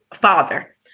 father